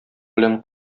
белән